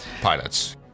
pilots